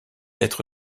être